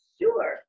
Sure